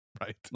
Right